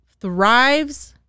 thrives